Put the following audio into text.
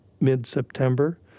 mid-September